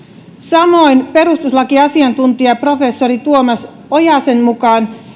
samoin perustuslakiasiantuntija professori tuomas ojasen mukaan